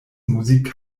musik